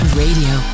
radio